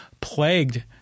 plagued